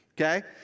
okay